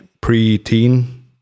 pre-teen